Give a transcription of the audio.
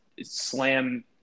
slam